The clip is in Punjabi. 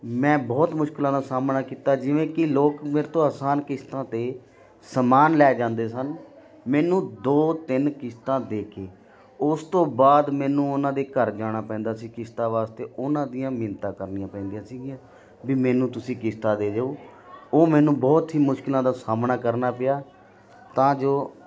ਮੈਂ ਬਹੁਤ ਮੁਸ਼ਕਿਲਾਂ ਦਾ ਸਾਹਮਣਾ ਕੀਤਾ ਜਿਵੇਂ ਕਿ ਲੋਕ ਮੇਰੇ ਤੋਂ ਆਸਾਨ ਕਿਸਤਾਂ 'ਤੇ ਸਮਾਨ ਲੈ ਜਾਂਦੇ ਸਨ ਮੈਨੂੰ ਦੋ ਤਿੰਨ ਕਿਸਤਾਂ ਦੇ ਕੇ ਉਸ ਤੋਂ ਬਾਅਦ ਮੈਨੂੰ ਉਹਨਾਂ ਦੇ ਘਰ ਜਾਣਾ ਪੈਂਦਾ ਸੀ ਕਿਸ਼ਤਾਂ ਵਾਸਤੇ ਉਹਨਾਂ ਦੀਆਂ ਮਿੰਨਤਾਂ ਕਰਨੀਆਂ ਪੈਂਦੀਆਂ ਸੀਗੀਆਂ ਵੀ ਮੈਨੂੰ ਤੁਸੀਂ ਕਿਸ਼ਤਾਂ ਦੇ ਜਾਓ ਉਹ ਮੈਨੂੰ ਬਹੁਤ ਹੀ ਮੁਸ਼ਕਿਲਾਂ ਦਾ ਸਾਹਮਣਾ ਕਰਨਾ ਪਿਆ ਤਾਂ ਜੋ